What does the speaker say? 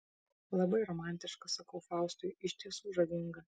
labai romantiška sakau faustui iš tiesų žavinga